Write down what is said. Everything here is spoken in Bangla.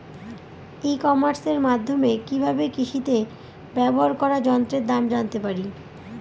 ই কমার্সের মাধ্যমে কি ভাবে কৃষিতে ব্যবহার করা যন্ত্রের দাম জানতে পারি?